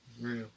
Real